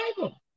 Bible